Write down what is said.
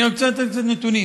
אני רוצה לתת קצת נתונים,